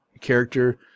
character